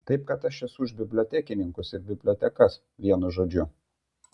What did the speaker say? taip kad aš esu už bibliotekininkus ir bibliotekas vienu žodžiu